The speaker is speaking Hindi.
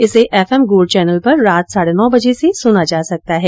इसे एफएम गोल्ड चैनल पर रात साढ़े नौ बजे से सुना जा सकता है